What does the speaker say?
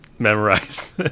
Memorized